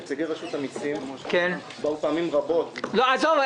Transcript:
נציגי רשות המסים באו פעמים רבות --- עזוב,